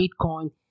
Bitcoin